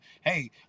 hey